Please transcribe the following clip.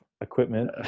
equipment